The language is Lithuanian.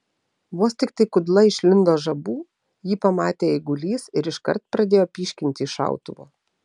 vos tiktai kudla išlindo žabų jį pamatė eigulys ir iškart pradėjo pyškinti iš šautuvo